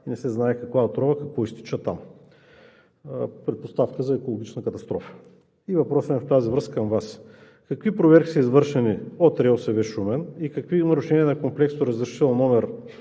и не се знае каква отрова, какво изтича оттам – предпоставка за екологична катастрофа. И въпросът ми в тази връзка съм Вас: какви проверки са извършени от РИОСВ – Шумен, и какви нарушения на Комплексното разрешително номер,